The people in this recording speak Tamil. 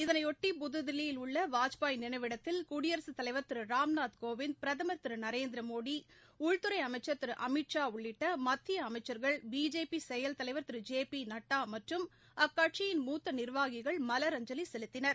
இதனைபொட்டி புதுதில்லியில் உள்ள வாஜ்பாய் நினைவிடத்தில் குடியரசு தலைவர் திரு ராம்நாத் கோவிந்த் பிரதமர் திரு நரேந்திர மோடி உள்துறை அமைச்சர் திரு அமித் ஷா உள்ளிட்ட மத்திய அமைச்சள்கள் பிஜேபி செயல் தலைவர் திரு ஜே பி நட்டா மற்றும் அக்கட்சியின் மூத்த நிர்வாகிகள் மலரஞ்சலி செலுத்தினர்